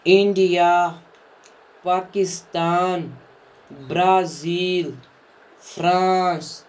India Pakistan Brazil France